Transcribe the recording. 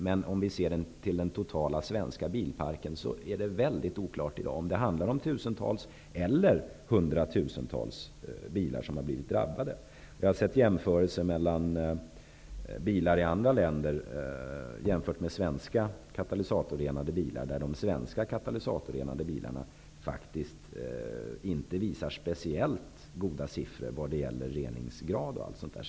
Men sett till den totala svenska bilparken är det väldigt oklart i dag om det är tusentals eller hundratusentals bilar som har blivit drabbade. Jag har sett jämförelser mellan bilar i andra länder och svenska katalysatorrenade bilar som visar att svenska katalysatorrenade bilar faktiskt inte har speciellt goda siffror vad gäller reningsgrad o.d.